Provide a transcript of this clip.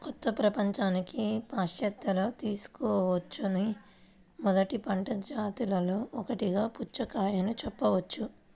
కొత్త ప్రపంచానికి పాశ్చాత్యులు తీసుకువచ్చిన మొదటి పంట జాతులలో ఒకటిగా పుచ్చకాయను చెప్పవచ్చు